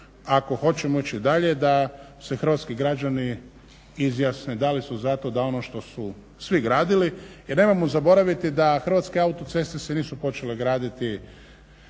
ako hoćemo ići dalje da se hrvatski građani izjasne da li za to da ono što su svi gradili jer nemojmo zaboraviti da Hrvatske autoceste se nisu počele graditi